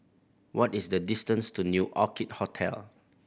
what is the distance to New Orchid Hotel